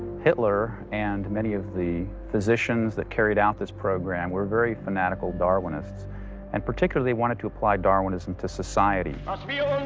hitler and many of the physicians that carried out this program were very fanatical darwinists and particularly wanted to apply darwinism to society. many of yeah